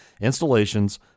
installations